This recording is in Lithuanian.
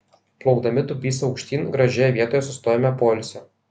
plaukdami dubysa aukštyn gražioje vietoje sustojome poilsio